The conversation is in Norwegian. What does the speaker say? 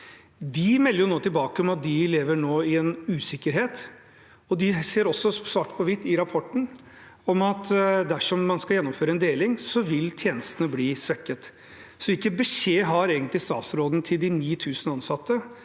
De melder nå tilbake om at de lever i usikkerhet, og de ser også svart på hvitt i rapporten at dersom man skal gjennomføre en deling, vil tjenestene bli svekket. Hvilken beskjed har egentlig statsråden til de 9 000 ansatte